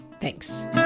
Thanks